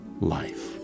life